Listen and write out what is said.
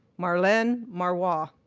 marlene marwah,